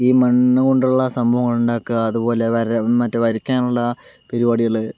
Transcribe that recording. ഈ മണ്ണ് കൊണ്ടുള്ള സംഭവങ്ങൾ ഉണ്ടാക്കുക അതുപോലെ വര മറ്റേ വരയ്ക്കാനുള്ള പരിപാടികള്